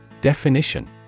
Definition